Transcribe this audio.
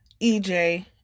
EJ